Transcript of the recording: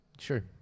Sure